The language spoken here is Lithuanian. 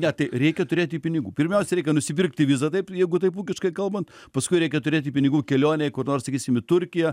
ne tai reikia turėt jų pinigų pirmiausia reikia nusipirkti vizą taip jeigu taip ūkiškai kalbant paskui reikia turėti pinigų kelionei kur nors sakysim į turkiją